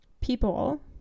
people